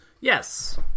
Yes